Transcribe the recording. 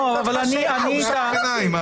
הוא שאל אותי שאלה.